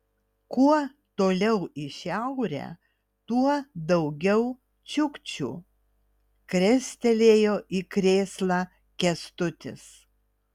kuo toliau į šiaurę tuo daugiau čiukčių krestelėjo į krėslą kęstutis